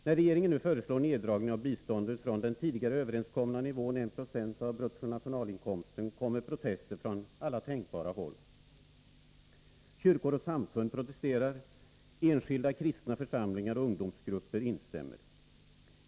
När regeringen nu föreslår nerdragning av biståndet från den tidigare överenskomna nivån på 1 96 av bruttonationalinkomsten, kommer protester från alla tänkbara håll. Kyrkor och samfund protesterar, och enskilda kristna församlingar och ungdomsgrupper instämmer.